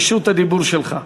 רשות הדיבור שלך.